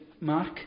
Mark